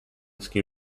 ski